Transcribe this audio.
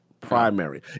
primary